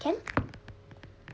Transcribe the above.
can